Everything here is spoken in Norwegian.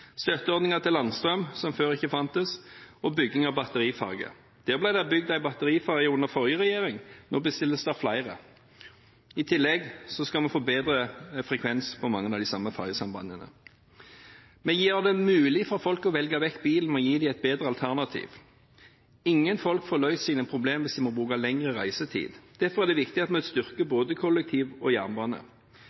til landstrøm, som før ikke fantes, og bygging av batteriferger. Det ble bygd en batteriferge under forrige regjering, nå bestilles det flere. I tillegg skal vi få bedre frekvens på mange av de samme fergesambandene. Vi gjør det mulig for folk å velge vekk bilen ved å gi dem et bedre alternativ. Ingen folk får løst sine problemer hvis de får lengre reisetid. Derfor er det viktig at vi styrker både kollektivtransport og jernbane.